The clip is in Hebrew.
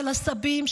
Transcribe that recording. של הסבים,